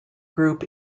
group